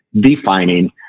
defining